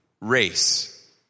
race